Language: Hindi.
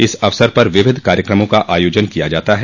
इस अवसर पर विविध कार्यक्रमों का आयोजन किया जाता है